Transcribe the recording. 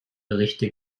berichte